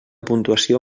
puntuació